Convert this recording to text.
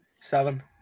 seven